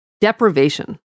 deprivation